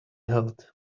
held